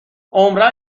عمرا